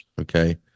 okay